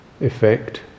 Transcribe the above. effect